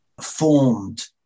formed